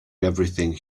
everything